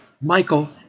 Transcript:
Michael